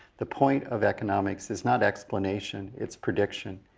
the point of economics is not explanation, it's prediction.